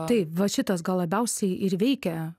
taip va šitas gal labiausiai ir veikia